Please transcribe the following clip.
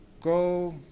go